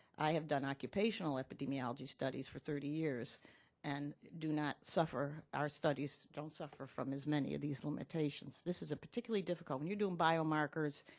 i have done occupational epidemiology studies for thirty years and do not suffer our studies don't suffer from as many of these limitations. this is a particularly difficult when you're doing biomarkers,